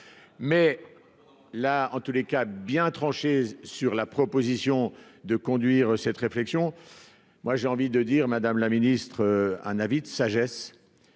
mais là, en tous les cas bien tranchée sur la proposition de conduire cette réflexion, moi j'ai envie de dire madame la ministre, un avis de sagesse